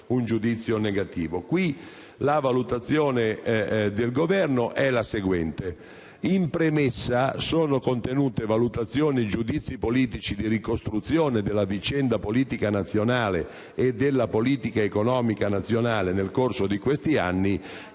La valutazione del Governo è la seguente: in premessa sono contenuti valutazioni e giudizi politici di ricostruzione della vicenda politica nazionale e della politica economica nazionale nel corso di questi anni